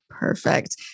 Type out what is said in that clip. Perfect